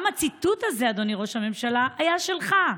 גם הציטוט הזה, אדוני ראש הממשלה, היה שלך.